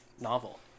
novel